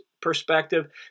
perspective